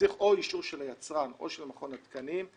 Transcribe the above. צריך אישור של היצרן או של מכון התקנים,